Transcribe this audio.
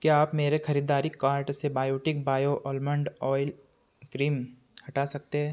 क्या आप मेरे ख़रीदारी कार्ट से Biotique bio almond oil cream हटा सकते हैं